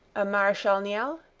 a marechal niel?